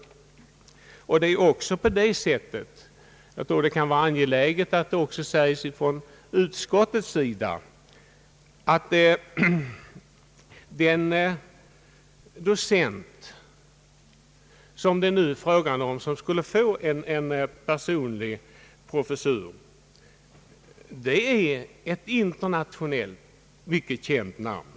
Det kan vara angeläget att även från utskottets sida säga att den docent, som det nu är fråga om att ge en personlig professur, är ett internationellt mycket känt namn.